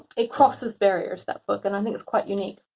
it crosses barriers, that book, and i think it's quite unique.